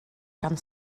gan